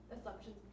assumptions